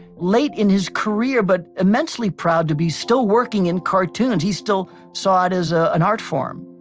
late in his career but immensely proud to be still working in cartoons. he still saw it as ah an art form,